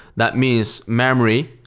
that means memory,